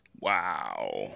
Wow